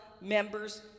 members